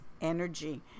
energy